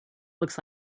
looks